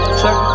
check